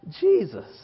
Jesus